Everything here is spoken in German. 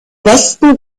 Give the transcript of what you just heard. westen